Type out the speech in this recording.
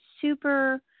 super